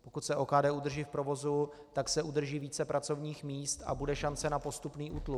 Pokud se OKD udrží v provozu, tak se udrží více pracovních míst a bude šance na postupný útlum.